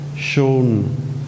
shown